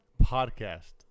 podcast